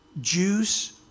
Jews